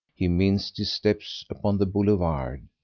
he minced his steps upon the boulevard,